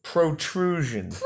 Protrusion